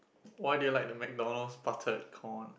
why do you like the McDonald's buttered corn